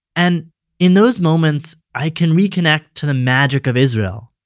and in those moments i can reconnect to the magic of israel,